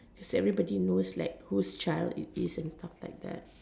cause everybody knows like who's child is this and stuff like that